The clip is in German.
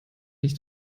nicht